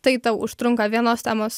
tai tau užtrunka vienos temos